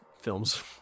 films